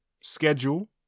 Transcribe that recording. schedule